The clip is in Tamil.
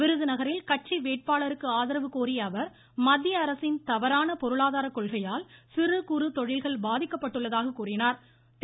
விருதுநகரில் கட்சி வேட்பாளருக்கு ஆதரவு கோரிய அவர் மத்திய அரசின் தவநான பொருளாதார கொள்கையால் சிறு குறு தொழில்கள் பாதிக்கப்பட்டுள்ளதாக கூறினாா்